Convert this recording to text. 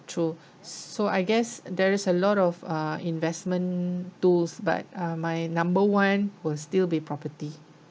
true so I guess there is a lot of uh investment tools but uh my number one will still be property